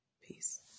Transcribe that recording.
Peace